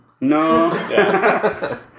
No